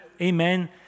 amen